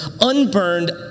unburned